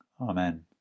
amen